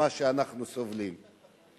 מה שאנחנו סובלים.